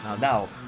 Now